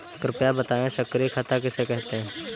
कृपया बताएँ सक्रिय खाता किसे कहते हैं?